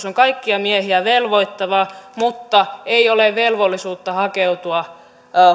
on kaikkia miehiä velvoittava mutta ei ole velvollisuutta hakeutua